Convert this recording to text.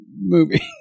movie